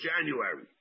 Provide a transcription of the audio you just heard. January